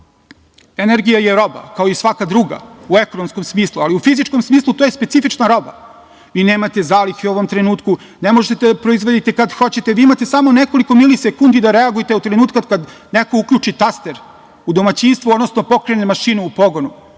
balans. Energija je roba kao i svaka druga, u ekonomskom smislu, ali u fizičkom smislu to je specifična roba. Vi nemate zalihe u ovom trenutku, ne možete da proizvodite kad hoćete, vi imate samo nekoliko milisekundi da reagujete od trenutka kada neko uključi taster u domaćinstvu, odnosno pokrene mašinu u pogonu.